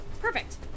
Perfect